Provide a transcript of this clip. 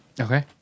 Okay